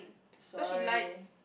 sorry